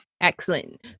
Excellent